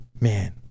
Man